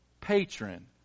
patron